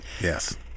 Yes